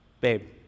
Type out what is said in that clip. babe